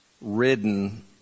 ridden